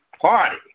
party